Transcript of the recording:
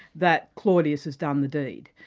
that claudius has done the deed.